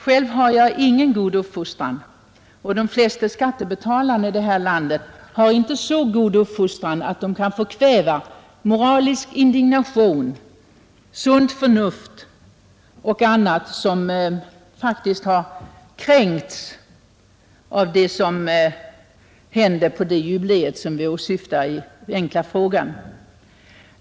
Själv har jag ingen god uppfostran, och de flesta skattebetalare i det här landet har heller inte så god uppfostran att de kan förkväva moralisk indignation, sunt förnuft och annat som faktiskt har kränkts av det som hände vid det jubileum som jag åsyftade med min enkla fråga.